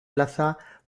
plaza